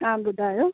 तव्हां ॿुधायो